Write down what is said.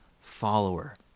follower